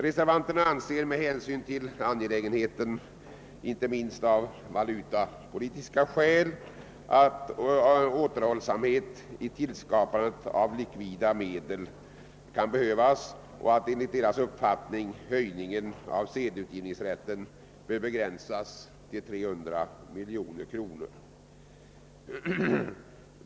Reservanterna anser att, inte minst av valutapolitiska skäl, återhållsamhet i tillskapandet av likvida medel kan behövas och att ökningen av sedelutgivningsrätten därför bör begränsas till 300 miljoner kronor.